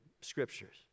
scriptures